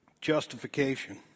justification